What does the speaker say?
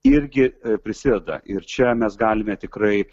irgi prisideda ir čia mes galime tikrai